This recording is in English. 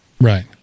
Right